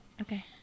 okay